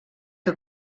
que